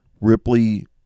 Ripley